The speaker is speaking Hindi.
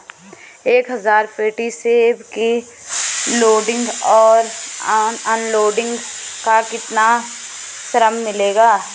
एक हज़ार पेटी सेब की लोडिंग और अनलोडिंग का कितना श्रम मिलेगा?